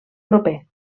proper